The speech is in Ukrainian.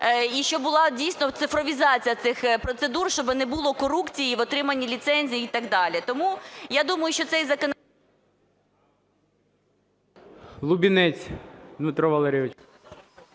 і щоб була дійсно цифровізація цих процедур, щоб не було корупції в отриманні ліцензій і так далі. Тому я думаю, що цей… ГОЛОВУЮЧИЙ.